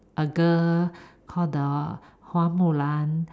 a girl called the Hua-Mulan